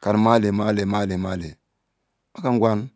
Kalum ma Lery ma loay ma lay ma ka ngwa nu.